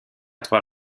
trois